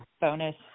bonus